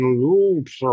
loops